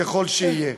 ככל שיהיה.